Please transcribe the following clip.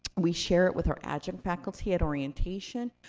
we share it with our adjunct faculty at orientation.